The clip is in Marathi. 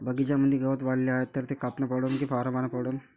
बगीच्यामंदी गवत वाढले हाये तर ते कापनं परवडन की फवारा मारनं परवडन?